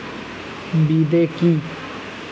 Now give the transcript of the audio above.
বিদে কি?